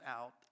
out